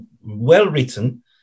well-written